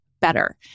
better